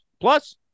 Plus